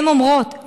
הן אומרות,